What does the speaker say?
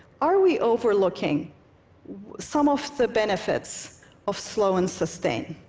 are we overlooking some of the benefits of slow and sustained?